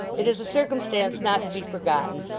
it is a circumstance not to be forgotten,